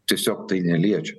tiesiog tai neliečia